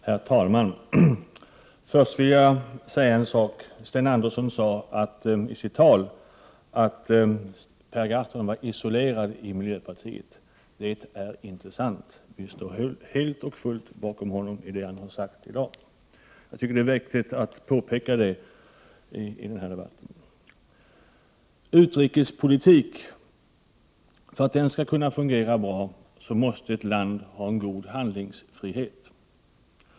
Herr talman! Först vill jag tillrättalägga en sak. Sten Andersson sade i sitt tal att Per Gahrton var isolerad i miljöpartiet. Detta är inte sant. Vi står helt och fullt bakom honom i det han har sagt i dag. Jag tyckte det var viktigt att påpeka detta i debatten. För att ett lands utrikespolitik skall kunna fungera bra, måste landet ha god handlingsfrihet.